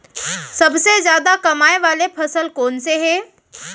सबसे जादा कमाए वाले फसल कोन से हे?